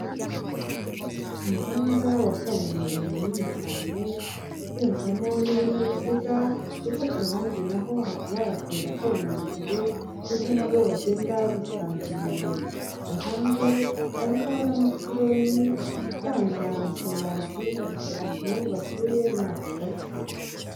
Umuhanda wa kaburimbo munini cyane ugendwamo n'ibinyabiziga ndetse ku ruhande naho hakaba hari akayira k'abanyamaguru ku buryo nabo bagenda bisanzuye, ku ruhande hariho n'amapironi atanga amashanyarazi ku bantu batuye muri aka gace.